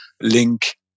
link